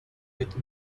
with